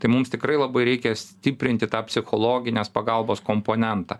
tai mums tikrai labai reikia stiprinti tą psichologinės pagalbos komponentą